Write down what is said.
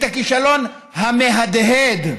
את הכישלון המהדהד.